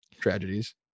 tragedies